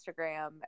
Instagram